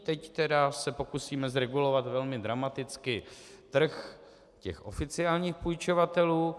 Teď tedy se pokusíme zregulovat velmi dramaticky trh těch oficiálních půjčovatelů.